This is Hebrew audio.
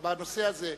בנושא הזה.